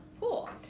pool